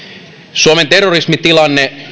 suomen terrorismitilanne